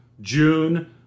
June